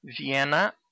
Vienna